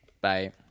bye